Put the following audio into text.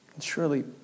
Surely